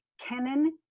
kennan